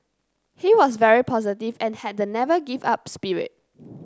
he was very positive and had the 'never give up' spirit